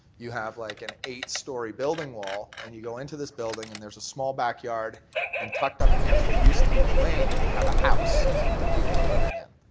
you have like an eight-storey building wall and you go into this building and there's a small back yard and tucked up against what used to be the lane you'll have a house that people are living in.